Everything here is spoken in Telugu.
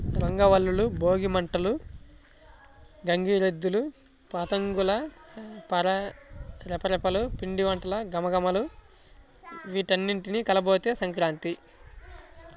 రంగవల్లులు, భోగి మంటలు, గంగిరెద్దులు, పతంగుల రెపరెపలు, పిండివంటల ఘుమఘుమలు వీటన్నింటి కలబోతే సంక్రాంతి